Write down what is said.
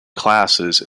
classes